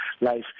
life